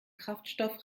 kraftstoff